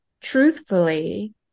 truthfully